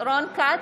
רון כץ,